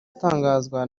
atangazwa